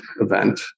event